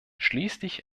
schließlich